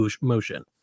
motion